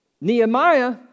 Nehemiah